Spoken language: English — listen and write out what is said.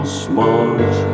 smart